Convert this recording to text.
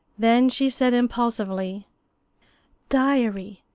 then she said impulsively diary!